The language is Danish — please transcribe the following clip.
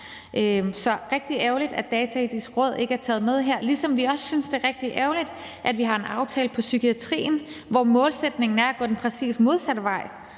er rigtig ærgerligt, at Dataetisk Råd ikke er taget med her, ligesom vi også synes, at det er rigtig ærgerligt, at vi har en aftale om psykiatrien, hvor målsætningen er at gå den præcis modsatte vej.